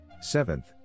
Seventh